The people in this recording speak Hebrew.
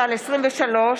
חייבת),